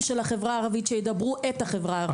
של החברה הערבית שידברו את החברה הערבית,